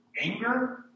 anger